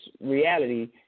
reality